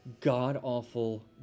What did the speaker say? god-awful